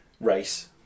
race